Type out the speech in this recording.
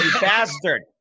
bastard